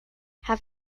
have